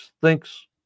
thinks